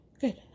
good